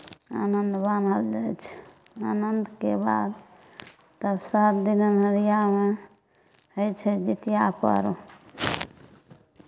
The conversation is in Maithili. अनन्त बान्हल जाइ छै अनन्तके बाद तब सात दिन अन्हरिआमे होइ छै जितिया पर्व